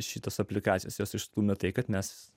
šitas aplikacijas juos išstūmė tai kad mes